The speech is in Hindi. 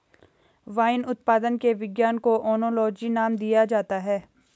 वाइन उत्पादन के विज्ञान को ओनोलॉजी नाम दिया जाता है